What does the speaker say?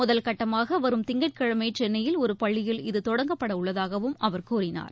முதல் கட்டமாக வரும் திங்கட்கிழமை சென்னையில் ஒரு பள்ளியில் இது தொடங்கப்படவுள்ளதாகவும் அவர் கூறினார்